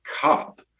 cop